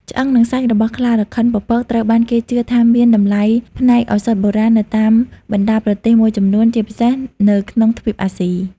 ឆ្អឹង និងសាច់ របស់ខ្លារខិនពពកត្រូវបានគេជឿថាមាន តម្លៃផ្នែកឱសថបុរាណ នៅតាមបណ្តាប្រទេសមួយចំនួន ជាពិសេសនៅក្នុងទ្វីបអាស៊ី។